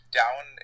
down